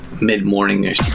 mid-morning